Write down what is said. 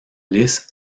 lisse